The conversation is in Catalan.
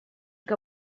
que